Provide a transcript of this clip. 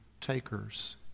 takers